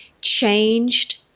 changed